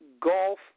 golf